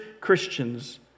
Christians